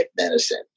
medicine